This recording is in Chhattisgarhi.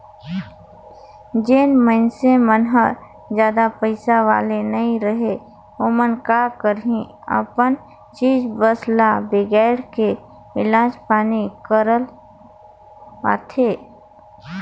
जेन मइनसे मन हर जादा पइसा वाले नइ रहें ओमन का करही अपन चीच बस ल बिगायड़ के इलाज पानी ल करवाथें